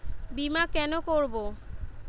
বিমা কেন করব?